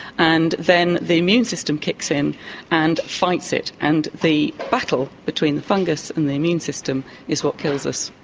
and then the immune system kicks in and fights it, and the battle between the fungus and the immune system is what kills us.